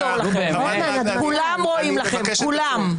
את רוצה לחזור, הנוהג הוא --- אני